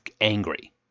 angry